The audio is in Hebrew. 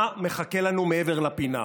מה מחכה לנו מעבר לפינה?